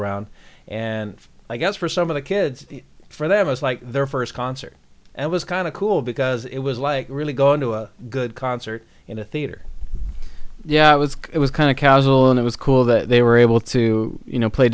around and i guess for some of the kids for they have us like their first concert and it was kind of cool because it was like really going to a good concert in a theater yeah it was it was kind of casual and it was cool that they were able to you know play